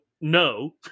no